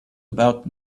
about